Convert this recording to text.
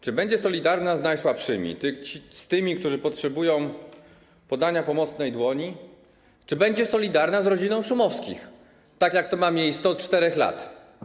Czy będzie solidarna z najsłabszymi, z tymi, którzy potrzebują podania pomocnej dłoni, czy będzie solidarna z rodziną Szumowskich, tak jak to ma miejsce od 4 lat?